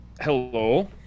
Hello